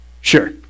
sure